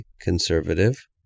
conservative